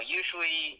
usually